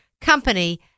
company